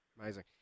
Amazing